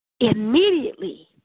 Immediately